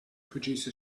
produce